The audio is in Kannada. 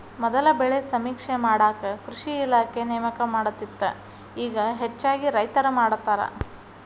ಮೊದಲ ಬೆಳೆ ಸಮೇಕ್ಷೆ ಮಾಡಾಕ ಕೃಷಿ ಇಲಾಖೆ ನೇಮಕ ಮಾಡತ್ತಿತ್ತ ಇಗಾ ಹೆಚ್ಚಾಗಿ ರೈತ್ರ ಮಾಡತಾರ